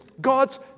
God's